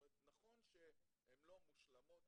נכון שהן לא מושלמות.